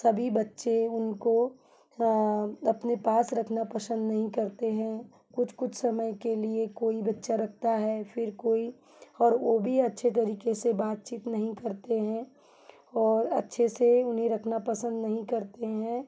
सभी बच्चे उनको अपने पास रखना पसंद नहीं करते हैं कुछ कुछ समय के लिए कोई बच्चा रखता है फिर कोई और वह भी अच्छे तरीके से बातचीत नहीं करते हैं और अच्छे से उन्हें रखना पसंद नहीं करते हैं